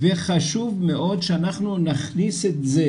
וחשוב מאוד שאנחנו נכניס את זה,